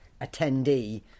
attendee